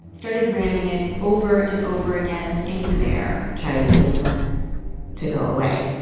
started ramming it over and over again into the bear trying to get him to go away.